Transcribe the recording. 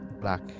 black